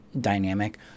dynamic